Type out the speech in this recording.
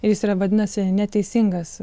ir jis yra vadinasi neteisingas